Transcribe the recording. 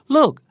Look